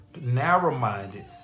narrow-minded